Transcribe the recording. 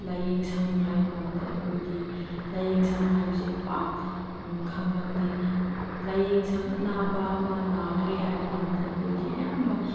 ꯂꯥꯏꯌꯦꯡꯁꯪ ꯍꯥꯏꯕ ꯀꯥꯟꯗ ꯑꯩꯈꯣꯏꯗꯤ ꯂꯥꯏꯌꯦꯡꯁꯪ ꯍꯥꯏꯕꯁꯤ ꯄꯥꯛ ꯈꯪꯂꯛꯇꯦ ꯂꯥꯏꯌꯦꯡꯁꯪ ꯑꯅꯥꯕ ꯑꯃ ꯅꯥꯈ꯭ꯔꯦ ꯍꯥꯏꯕ ꯀꯥꯟꯗ ꯑꯩꯈꯣꯏꯗꯤ ꯑꯌꯥꯝꯕ